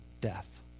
death